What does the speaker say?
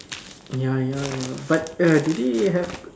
ya ya ya but do they have